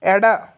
ಎಡ